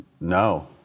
No